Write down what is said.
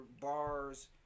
bars